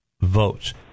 votes